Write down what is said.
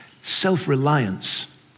Self-reliance